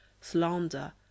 slander